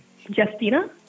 Justina